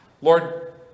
Lord